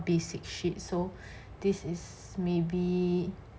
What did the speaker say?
basic sheet so this is maybe